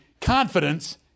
Confidence